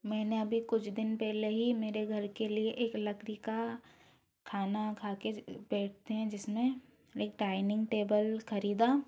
मैंने अभी कुछ दिन पहले ही मेरे घर के लिए एक लकड़ी का खाना खा के बैठते हैं जिसमें एक डाइनिंग टेबल खरीदा